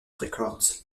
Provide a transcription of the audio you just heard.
records